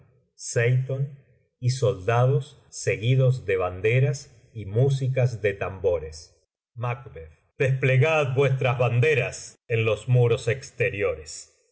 seytony soldados seguidos de banderas y músicas de tambores macb desplegad nuestras banderas en los muros exteriores